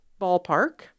Ballpark